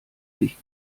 sich